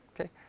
Okay